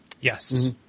Yes